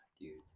dude